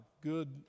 Good